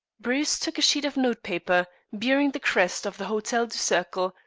bruce took a sheet of notepaper, bearing the crest of the hotel du cercle,